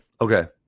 Okay